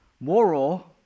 moral